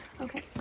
Okay